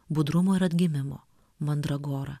budrumo ir atgimimo mandragora